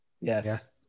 Yes